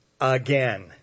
again